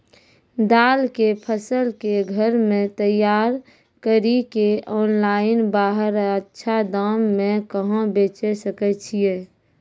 दाल के फसल के घर मे तैयार कड़ी के ऑनलाइन बाहर अच्छा दाम मे कहाँ बेचे सकय छियै?